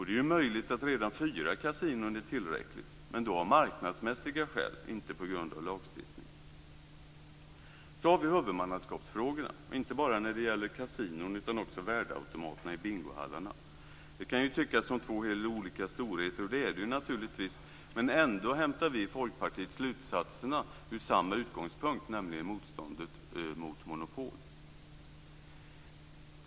Det är möjligt att redan fyra kasinon är tillräckligt, men då av marknadsmässiga skäl, inte på grund av lagstiftning. Så har vi huvudmannaskapsfrågorna, inte bara när det gäller kasinon utan också beträffande värdeautomaterna i bingohallarna. Det kan tyckas som två helt olika storheter, och det är det naturligtvis, men ändå hämtar vi i Folkpartiet slutsatserna ur samma utgångspunkt, nämligen motståndet mot monopol.